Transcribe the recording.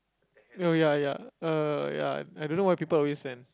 oh ya ya uh ya I don't know why people always send